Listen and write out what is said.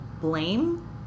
blame